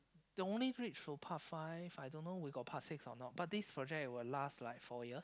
they only reach to part five I don't know we got part six or not but this project will last like four years